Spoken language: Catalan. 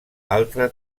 altra